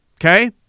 Okay